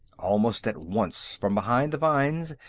almost at once, from behind the vines,